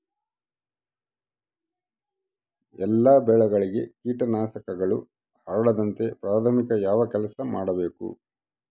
ಎಲ್ಲ ಬೆಳೆಗಳಿಗೆ ಕೇಟನಾಶಕಗಳು ಹರಡದಂತೆ ಪ್ರಾಥಮಿಕ ಯಾವ ಕೆಲಸ ಮಾಡಬೇಕು?